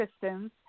systems